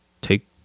take